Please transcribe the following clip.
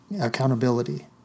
accountability